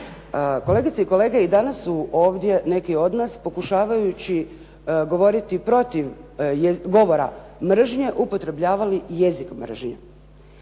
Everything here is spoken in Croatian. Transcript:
Kolegice i kolege, i danas su ovdje neki od nas pokušavajući govoriti protiv govora mržnje upotrebljavali jezik mržnje,